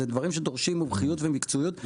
אלה דברים שדורשים מומחיות ומקצועיות.